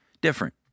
different